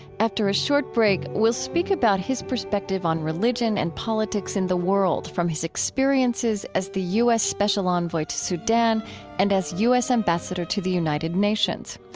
after a short break, we'll speak about his perspective on religion and politics in the world from his experiences as the u s. special envoy to sudan and as u s. ambassador to the united nations.